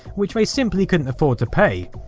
which they simply couldn't afford to pay.